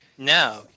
Now